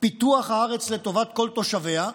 "פיתוח הארץ לטובת כל תושביה"